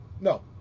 No